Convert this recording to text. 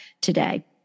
today